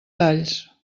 talls